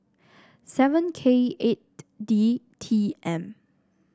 seven K eight D T M